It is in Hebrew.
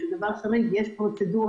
זה דורש פרוצדורה